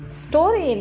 story